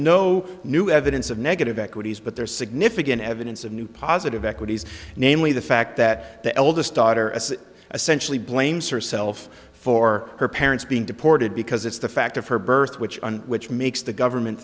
no new evidence of negative equities but there is significant evidence of new positive equities namely the fact that the eldest daughter as essentially blames herself for her parents being deported because it's the fact of her birth which on which makes the government